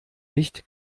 nicht